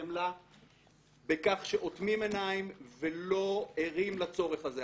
החמלה בכך שאוטמים עיניים ולא ערים לצורך הזה.